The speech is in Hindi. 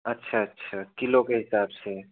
अच्छा अच्छा किलो के हिसाब से